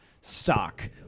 stock